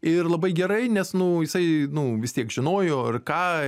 ir labai gerai nes nu jisai nu vis tiek žinojo ir ką